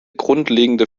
grundlegende